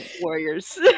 Warriors